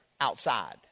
outside